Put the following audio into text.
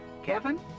kevin